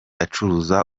acuruza